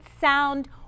sound